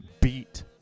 beat